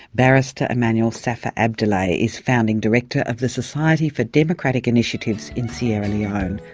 barrister emmanuel saffa abdulai is founding director of the society for democratic initiatives in sierra leone,